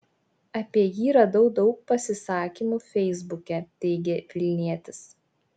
apie jį radau daug pasisakymų feisbuke teigė vilnietis